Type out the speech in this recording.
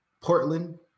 Portland